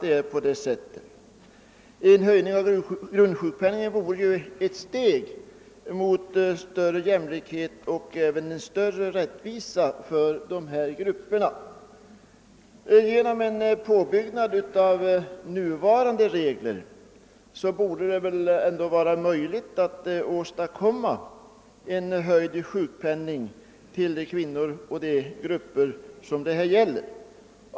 En höjning av grundsjukpenningen vore ett steg mot större jämlikhet och mot större rättvisa för dessa grupper. Det borde vara möjligt att genom en påbyggnad av nuvarande regler åstadkomma en höjd sjukpenning för dem som nu har det sämst ställt.